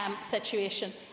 situation